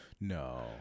No